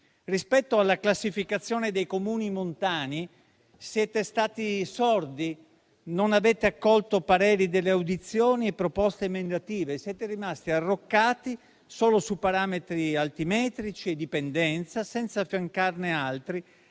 Rispetto alla classificazione dei Comuni montani siete stati sordi, non avete accolto i pareri resi durante le audizioni e le proposte emendative e siete rimasti arroccati solo su parametri altimetrici e di pendenza, senza affiancargliene altri